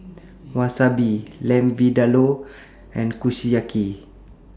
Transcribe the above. Wasabi Lamb Vindaloo and Kushiyaki